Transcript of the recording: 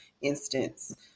instance